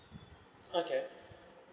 okay